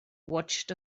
watched